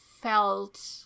felt